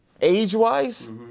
age-wise